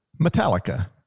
Metallica